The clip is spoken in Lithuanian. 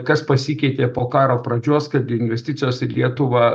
kas pasikeitė po karo pradžios kad investicijos į lietuvą